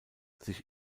sich